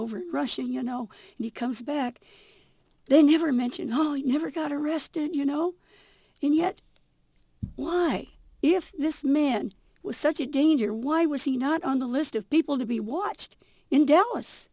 over russia you know and he comes back then he ever mentioned no you never got arrested you know and yet why if this man was such a danger why was he not on the list of people to be watched in dallas